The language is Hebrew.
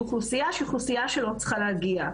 אוכלוסייה שהיא אוכלוסייה שלא צריכה להגיע.